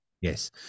yes